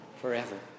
forever